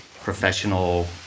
professional